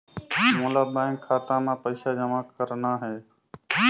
मोला बैंक खाता मां पइसा जमा करना हे?